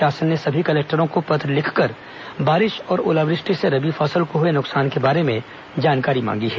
शासन ने सभी कलेक्टरों को पत्र लिखकर बारिश और ओलावृष्टि से रबी फसल को हुए नुकसान के बारे में जानकारी मांगी है